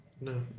No